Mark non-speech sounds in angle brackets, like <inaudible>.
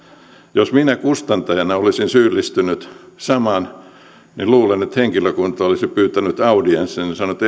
jos minä kustantajana olisin syyllistynyt samaan niin luulen että henkilökunta olisi pyytänyt audienssin ja sanonut <unintelligible>